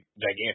gigantic